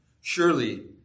surely